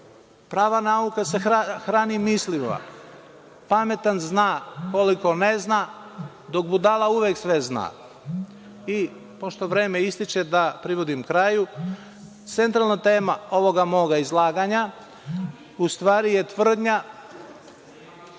Prava nauka se hrani mislima. Pametan zna koliko ne zna dok budala uvek sve zna. Pošto vreme ističe, da privodim kraju. Centralna tema ovoga moga izlaganja u stvari je tvrdnja